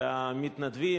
והמתנדבים,